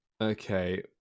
Okay